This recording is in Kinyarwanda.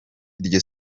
iryo